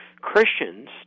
Christians